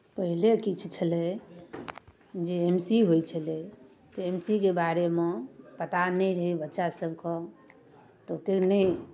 पहिले किछु छलै जे एम सी होइ छलै तऽ एम सी के बारेमे पता नहि रहै बच्चासभके तऽ ओतेक नहि